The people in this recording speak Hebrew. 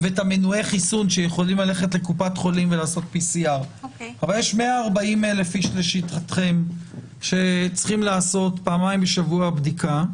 ואת מנועי החיסון שיכולים ללכת לקופת חולים ולעשות PCR. יש 140,000 איש לשיטתכם שצריכים לעשות פעמיים בשבוע בדיקה.